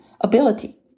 ability